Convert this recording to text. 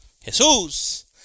Jesús